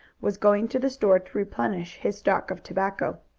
was going to the store to replenish his stock of tobacco.